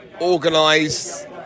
organised